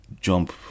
jump